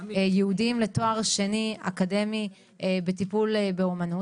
ייעודיים לתואר שני אקדמי בטיפול באומנות.